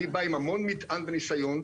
אני בא עם המון מטען וניסיון.